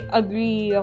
agree